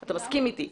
אתה מסכים איתי.